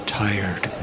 tired